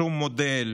שום מודל,